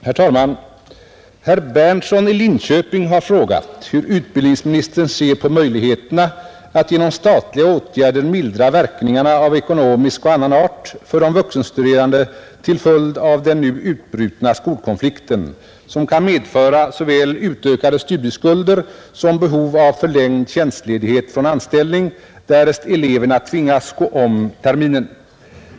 Herr talman! Herr Berndtson i Linköping har frågat hur utbildningsministern ser på möjligheterna att genom statliga åtgärder mildra verkningarna av ekonomisk och annan art för de vuxenstuderande till följd av den nu utbrutna skolkonflikten, som kan medföra såväl utökade studieskulder som behov av förlängd tjänstledighet från anställning därest eleverna tvingas gå om terminen.